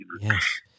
Yes